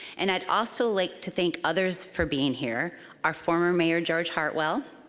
and i'd also like to thank others for being here. our former mayor george heartwell,